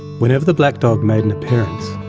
whenever the black dog made an appearance,